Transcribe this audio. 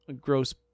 gross